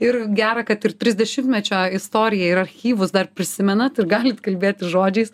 ir gera kad ir trisdešimtmečio istoriją ir archyvus dar prisimenat ir galit kalbėti žodžiais